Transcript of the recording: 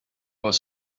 was